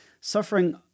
suffering